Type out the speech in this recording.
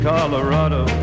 Colorado